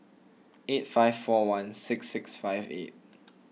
eight five four one six six five eight